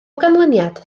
ganlyniad